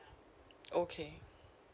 okay